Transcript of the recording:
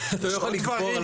אתה לא יכול לגבור על כל דין.